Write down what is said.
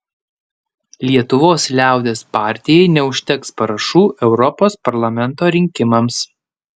lietuvos liaudies partijai neužteks parašų europos parlamento rinkimams